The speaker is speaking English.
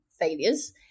failures